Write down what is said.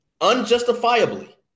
unjustifiably